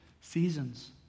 seasons